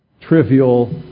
trivial